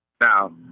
now